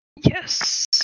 Yes